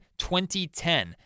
2010